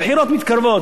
הבחירות מתקרבות.